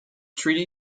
treaty